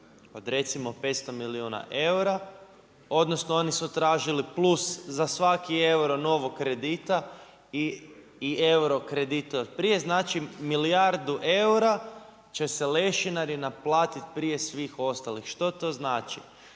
od recimo 500 milijuna eura odnosno oni su tražili plus za svaki euro novog kredita i euro krediti od prije, znači milijardu eura će se lešinari naplatiti prije svih ostalih. Što to znači?